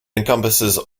encompasses